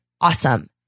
awesome